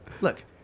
Look